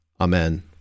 Amen